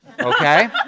Okay